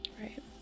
right